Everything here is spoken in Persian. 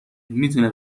میتونه